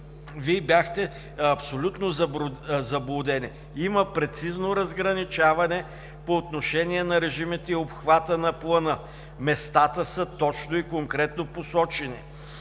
Вие бяхте абсолютно заблудени. Има прецизно разграничаване по отношение на режимите и обхвата на плана. Местата са точно и конкретно посочени.